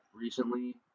recently